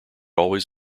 always